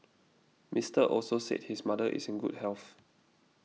Mister Also said his mother is in good health